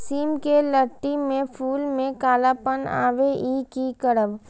सिम के लत्ती में फुल में कालापन आवे इ कि करब?